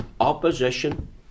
opposition